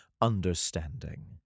understanding